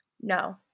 No